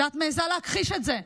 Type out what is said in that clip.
ואת מעיזה להכחיש את זה.